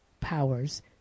powers